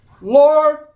Lord